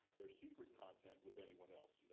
their secret content with anyone else.